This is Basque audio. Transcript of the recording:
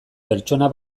pertsona